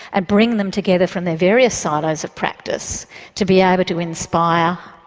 and bring them together from their various silos of practice to be able to inspire,